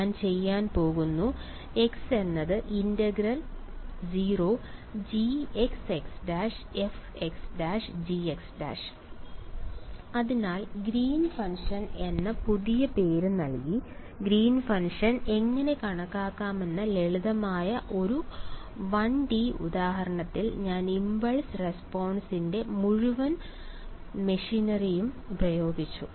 ഞാൻ ചെയ്യാൻ പോകുന്നു അതിനാൽ ഗ്രീൻ ഫംഗ്ഷൻ എന്ന പുതിയ പേര് നൽകി ഗ്രീൻ ഫംഗ്ഷൻ എങ്ങനെ കണക്കാക്കാമെന്ന് ലളിതമായ ഒരു 1 ഡി ഉദാഹരണത്തിൽ ഞാൻ ഇംപൾസ് റെസ്പോൺസ്ൻറെ മുഴുവൻ മെഷിനറിയും പ്രയോഗിച്ചു